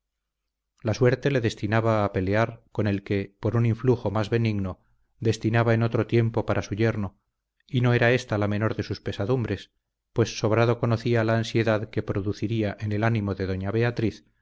la suerte le destinaba a pelear con el que por un influjo más benigno destinaba en otro tiempo para su yerno y no era esta la menor de sus pesadumbres pues sobrado conocía la ansiedad que produciría en el ánimo de doña beatriz